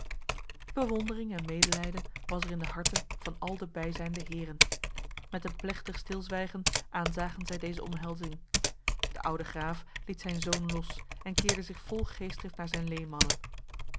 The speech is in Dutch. bewondering en medelijden was er in de harten van al de bijzijnde heren met een plechtig stilzwijgen aanzagen zij deze omhelzing de oude graaf liet zijn zoon los en keerde zich vol geestdrift naar zijn leenmannen